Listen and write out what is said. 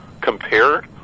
compare